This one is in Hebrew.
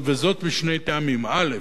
משני טעמים: א.